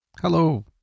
Hello